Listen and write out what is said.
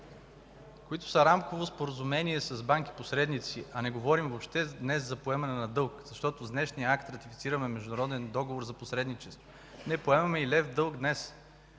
които са рамково споразумение с банки посредници, днес въобще не говорим за поемане на дълг, защото с днешния акт ратифицираме Международен договор за посредничество, не поемаме и лев дълг днес.